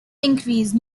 increase